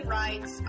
rights